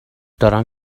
دارم